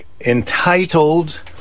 entitled